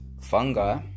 fungi